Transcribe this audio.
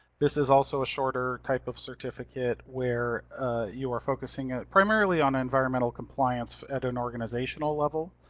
this is also a shorter type of certificate where you are focusing primarily on environmental compliance at an organizational level.